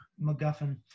MacGuffin